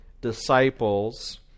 disciples